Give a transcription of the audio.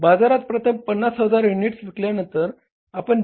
बाजारात प्रथम 50000 युनिट विकल्यानंतर आपण B